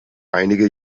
einige